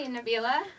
Nabila